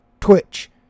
Twitch